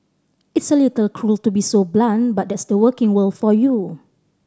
it's a little cruel to be so blunt but that's the working world for you